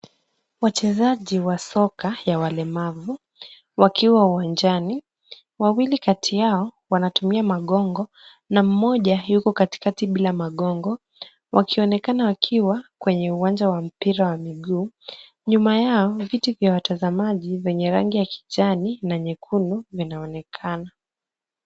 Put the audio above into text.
Wachezaji wa soka ya walemavu wakiwa uwanjani, wawili kati yao wanatumia magongo na mmoja yuko katikati bila magongo, wakionekana wakiwa kwenye uwanja wa mpira wa miguu. Nyuma yao, viti vya watazamaji vyenye rangi ya kijani na nyekundu vinaonekana.